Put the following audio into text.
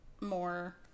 more